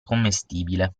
commestibile